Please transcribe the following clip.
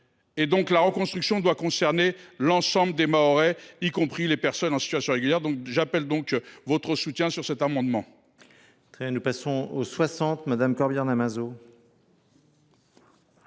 La reconstruction doit concerner l’ensemble des Mahorais, y compris les personnes en situation irrégulière. J’espère recueillir votre soutien pour cet amendement.